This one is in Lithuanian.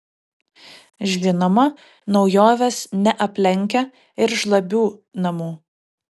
žinoma naujovės neaplenkia ir žlabių namų